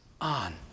on